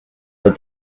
that